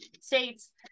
States